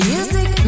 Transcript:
Music